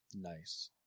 Nice